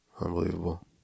Unbelievable